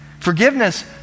Forgiveness